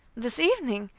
this evening!